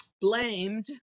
blamed